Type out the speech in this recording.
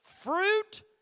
fruit